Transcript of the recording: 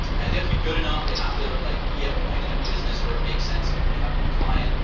and they have to be good enough, they have to like be at a point in their business where it makes sense to only have one client.